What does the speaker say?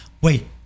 wait